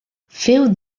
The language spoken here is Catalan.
féu